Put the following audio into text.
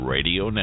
Radio